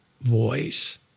voice